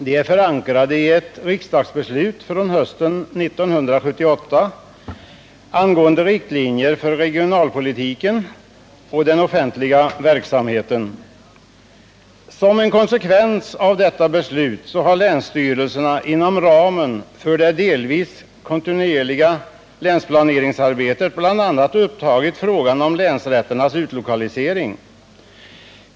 De är förankrade i ett riksdagsbeslut från hösten 1978 angående riktlinjer för regionalpolitiken och den offentliga verksamheten. Som en konsekvens av detta beslut har länsstyrelserna inom ramen för det delvis kontinuerliga länsplaneringsarbetet bl.a. tagit upp frågan om länsrätternas utlokalisering.